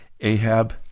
Ahab